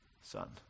son